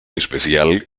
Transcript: especial